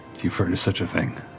you heard of such a thing?